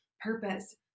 purpose